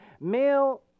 male